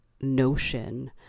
notion